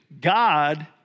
God